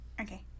Okay